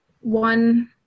one